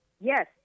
Yes